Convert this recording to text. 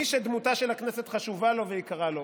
מי שדמותה של הכנסת חשובה לו ויקרה לו.